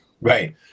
Right